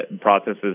processes